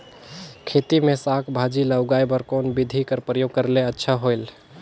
खेती मे साक भाजी ल उगाय बर कोन बिधी कर प्रयोग करले अच्छा होयल?